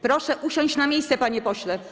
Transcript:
Proszę usiąść na miejscu, panie pośle.